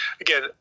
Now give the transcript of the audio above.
Again